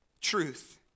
truth